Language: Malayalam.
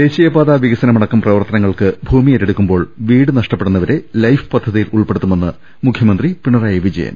ദേശീയ പാതാ വികസനമടക്കം പ്രവർത്തനങ്ങൾക്ക് ഭൂമി ഏറ്റെ ടുക്കുമ്പോൾ വീട് നഷ്ടപ്പെടുന്നവരെ ലൈഫ് പദ്ധതിയിൽ ഉൾപ്പെടുത്തുമെന്ന് മുഖ്യമന്ത്രി പിണറായി വിജയൻ